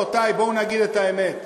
ורבותי, בואו נאמר את האמת: